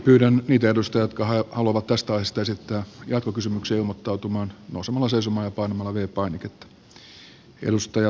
pyydän niitä edustajia jotka haluavat tästä aiheesta esittää jatkokysymyksiä ilmoittautumaan nousemalla seisomaan ja painamalla v painiketta